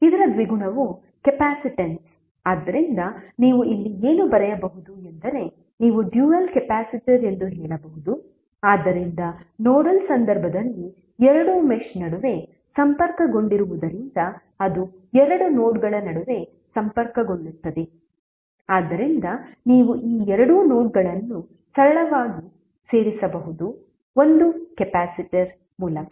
ಇದರ ದ್ವಿಗುಣವು ಕೆಪಾಸಿಟನ್ಸ್ ಆದ್ದರಿಂದ ನೀವು ಇಲ್ಲಿ ಏನು ಬರೆಯಬಹುದು ಎಂದರೆ ನೀವು ಡ್ಯುಯಲ್ ಕೆಪಾಸಿಟರ್ ಎಂದು ಹೇಳಬಹುದು ಆದ್ದರಿಂದ ನೋಡಲ್ ಸಂದರ್ಭದಲ್ಲಿ ಎರಡು ಮೆಶ್ ನಡುವೆ ಸಂಪರ್ಕಗೊಂಡಿರುವುದರಿಂದ ಅದು ಎರಡು ನೋಡ್ಗಳ ನಡುವೆ ಸಂಪರ್ಕಗೊಳ್ಳುತ್ತದೆ ಆದ್ದರಿಂದ ನೀವು ಈ ಎರಡು ನೋಡ್ಗಳನ್ನು ಸರಳವಾಗಿ ಸೇರಿಸಬಹುದು ಒಂದು ಕೆಪಾಸಿಟರ್ ಮೂಲಕ